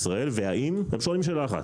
- ושואלות שאלה אחת